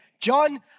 John